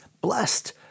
blessed